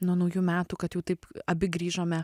nuo naujų metų kad jau taip abi grįžome